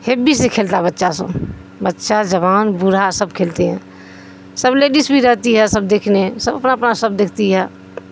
ہیبی سے کھیلتا ہے بچہ سب بچہ جوان بوڑھا سب کھیلتے ہیں سب لیڈیز بھی رہتی ہے سب دیکھنے سب اپنا اپنا سب دیکھتی ہے